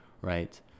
right